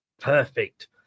Perfect